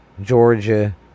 Georgia